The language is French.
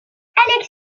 alexandre